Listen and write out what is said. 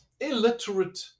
illiterate